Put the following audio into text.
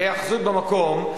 היאחזות במקום,